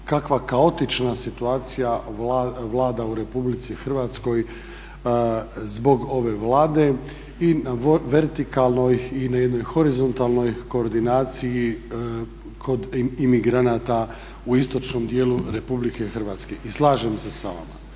kakva kaotična situacija vlada u RH zbog ove Vlade. I na vertikalnoj i na jednoj horizontalnoj koordinaciji kod imigranata u istočnom djelu RH. I slažem se sa vama.